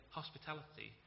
hospitality